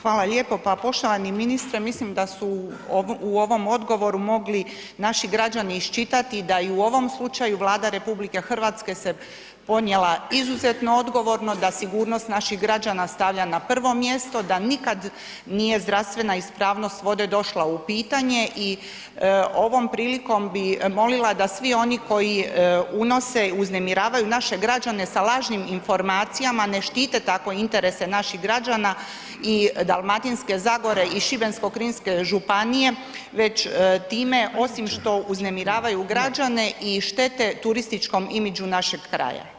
Hvala lijepo, pa poštovani ministre mislim da su u ovom odgovoru mogli naši građani iščitati da i u ovom slučaju Vlada RH se ponijela izuzetno odgovorno, da sigurnost naših građana stavlja na prvo mjesto, da nikad nije zdravstvena ispravnost vode došla u pitanje i ovom prilikom bi molila da svi oni koji unose, uznemiravaju naše građane sa lažnim informacijama ne štite tako interese naših građana i Dalmatinske zagore i Šibensko-kninske županije, već time osim što uznemiravaju građane i štete turističkom imidžu našeg kraja.